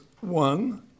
one